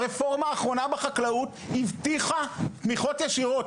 הרפורמה האחרונה בחקלאות הבטיחה תמיכות ישירות,